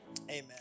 Amen